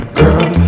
girl